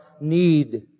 need